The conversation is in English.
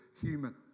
human